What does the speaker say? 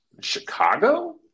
Chicago